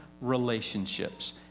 relationships